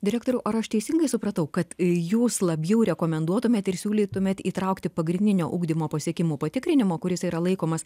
direktoriau ar aš teisingai supratau kad jūs labiau rekomenduotumėt ir siūlytumėt įtraukti pagrindinio ugdymo pasiekimų patikrinimo kuris yra laikomas